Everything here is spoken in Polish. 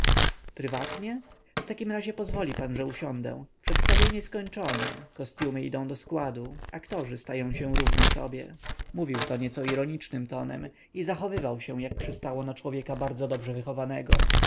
prywatnie w takim razie pozwoli pan że usiądę przedstawienie skończone kostiumy idą do składu aktorzy stają się równi sobie mówił to nieco ironicznym tonem i zachowywał się jak przystało na człowieka bardzo dobrze wychowanego